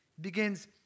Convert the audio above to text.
begins